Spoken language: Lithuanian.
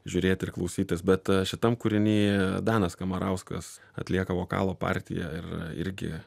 žiurėt ir klausytis bet šitam kūriny danas kamarauskas atlieka vokalo partiją ir irgi